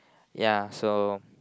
ya so